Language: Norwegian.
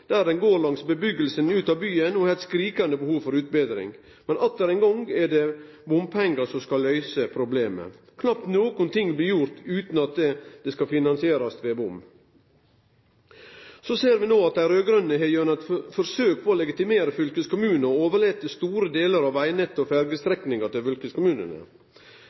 der han går langs busetnaden ut av byen og har eit skrikande behov for utbetring. Men atter ein gong er det bompengar som skal løyse problemet. Knapt nokon ting blir gjort utan at det skal finansierast ved bom. Så ser vi no at dei raud-grøne har gjort eit forsøk på å legitimere fylkeskommunen og overlate store delar av vegnettet og ferjestrekningane til